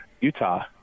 Utah